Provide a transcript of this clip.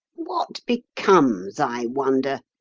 what becomes, i wonder,